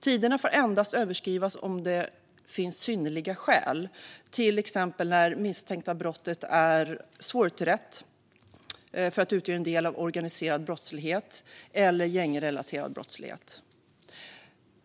Tiderna får endast överskridas om det finns synnerliga skäl, till exempel när det misstänkta brottet är svårutrett därför att det utgör en del av organiserad brottslighet eller gängrelaterad brottslighet.